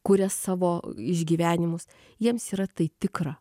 kuria savo išgyvenimus jiems yra tai tikra